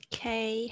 Okay